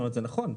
זה נכון.